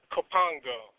Kopango